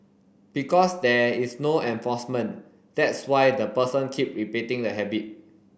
because there is no enforcement that's why the person keep repeating the habit